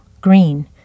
green